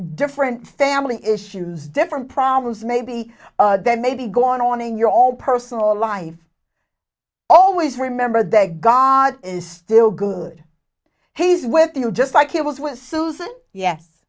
different family issues different problems maybe then maybe going on in your own personal life always remember that god is still good he's well just like he was was susan yes